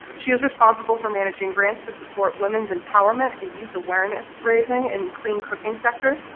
she is responsible for managing grants that support women's empowerment and youth awareness raising in clean cooking sector.